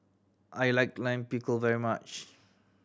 I like Lime Pickle very much